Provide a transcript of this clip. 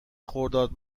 خرداد